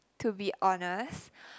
to be honest